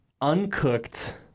uncooked